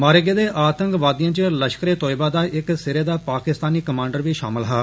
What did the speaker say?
मारे गेदे आतंकवादिएं च लष्करे तोयबा दा इक सिरे दा पाकिस्तानी कमांडर बी षामल हा